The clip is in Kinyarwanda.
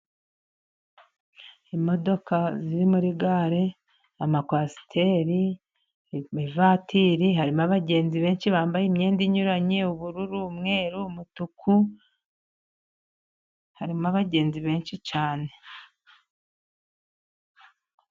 Imodoka ziri muri gare, amakwasiteri, ivatiri, harimo abagenzi benshi bambaye imyenda inyuranye, ubururu umweru, umutuku, harimo abagenzi benshi cyane.